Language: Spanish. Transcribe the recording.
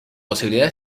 posibilidad